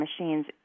machines